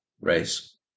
race